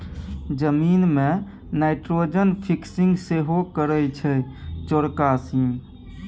जमीन मे nitrogen fixing सेहो करय छै चौरका सीम